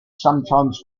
sometimes